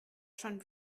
schon